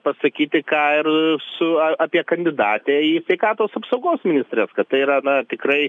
pasakyti ką ir su a apie kandidatę į sveikatos apsaugos ministres kad tai yra na tikrai